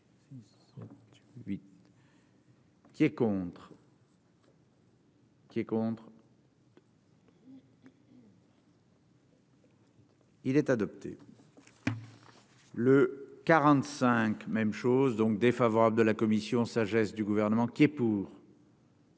qui est contre. Qui est contre. Il est adopté le. 45 même chose donc défavorable de la commission sagesse du gouvernement qui est pour.